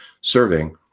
serving